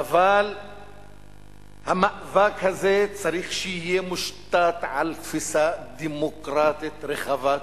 אבל המאבק הזה צריך שיהיה מושתת על תפיסה דמוקרטית רחבת אופקים,